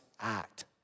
act